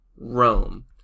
Rome